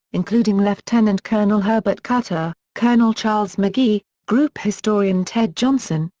including lieutenant colonel herbert carter, colonel charles mcgee, group historian ted johnson,